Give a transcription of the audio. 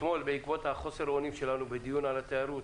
אתמול בעקבות חוסר האונים שלנו בדיון על התיירות,